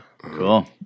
Cool